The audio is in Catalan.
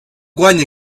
guanya